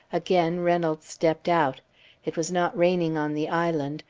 again reynolds stepped out it was not raining on the island.